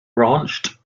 branched